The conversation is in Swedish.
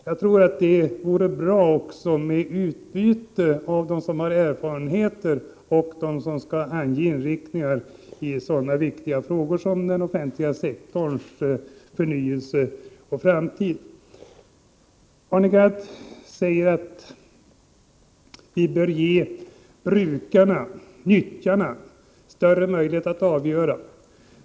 Jag tror att det vore bra med utbyte mellan dem som har erfarenheter och dem som skall ange inriktningar i så viktiga frågor som den offentliga sektorns förnyelse och framtid. Arne Gadd säger att vi bör ge brukarna, nyttjarna, större möjlighet att avgöra.